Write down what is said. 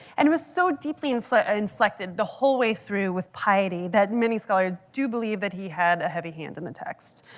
and was so deeply inflected inflected the whole way through with piety, that many scholars do believe that he had a heavy hand in the text.